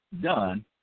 done